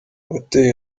uwateye